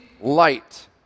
light